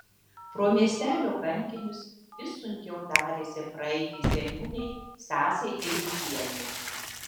pro miestelio kankinius vis sunkiau darėsi praeiti seniūnei stasei eidukienei